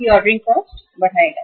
यह आपकी ordering cost बढ़ाएगा